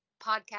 podcast